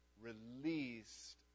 released